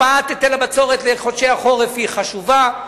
הקפאת היטל הבצורת בחודשי החורף היא חשובה,